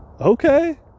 Okay